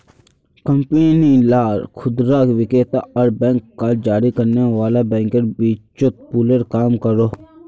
company ला खुदरा विक्रेता आर बैंक कार्ड जारी करने वाला बैंकेर बीचोत पूलेर काम करोहो